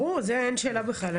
ברור, זה אין שאלה בכלל.